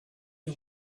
you